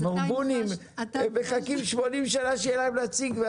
ברבונים, מחכים 80 שנה שיהיה להם נציג.